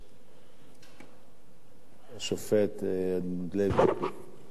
השופט אדמונד לוי, היא ועדה חשובה מאוד.